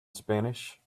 spanish